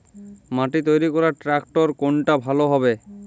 মাটি তৈরি করার ট্রাক্টর কোনটা ভালো হবে?